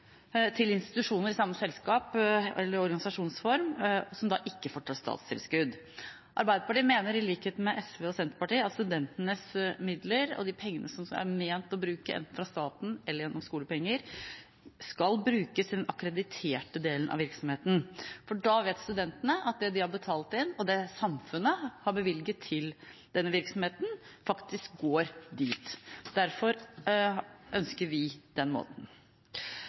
til institusjoner i samme selskap eller organisasjonsform som ikke får statstilskudd. Arbeiderpartiet mener, i likhet med SV og Senterpartiet, at studentenes midler og de pengene som er ment å brukes, enten fra staten eller gjennom skolepenger, skal brukes i den akkrediterte delen av virksomheten, for da vet studentene at det de har betalt inn, og det samfunnet har bevilget til denne virksomheten, faktisk går dit. Derfor ønsker vi den måten.